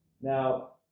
Now